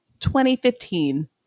2015